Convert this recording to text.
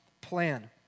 Plan